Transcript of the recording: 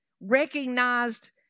recognized